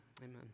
Amen